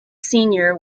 senior